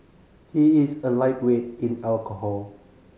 he is a lightweight in alcohol